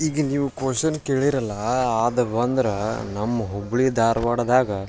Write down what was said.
ಈಗ ನೀವು ಕೊಷನ್ ಕೇಳೀರಲ್ಲ ಅದು ಬಂದ್ರೆ ನಮ್ಮ ಹುಬ್ಬಳ್ಳಿ ಧಾರವಾಡ್ದಾಗ